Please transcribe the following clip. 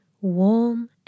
warm